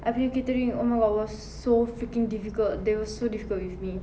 I punya catering oh my god was so freaking difficult they were so difficult with me